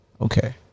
Okay